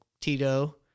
tito